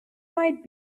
might